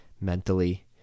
mentally